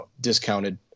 discounted